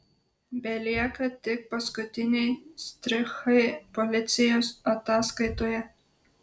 belieka tik paskutiniai štrichai policijos ataskaitoje